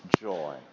joy